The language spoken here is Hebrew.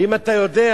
ואם אתה יודע,